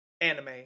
anime